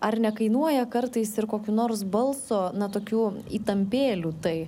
ar nekainuoja kartais ir kokių nors balso na tokių įtampėlių tai